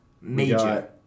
Major